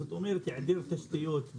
זאת אומרת היעדר תשתיות,